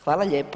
Hvala lijepo.